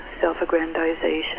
self-aggrandization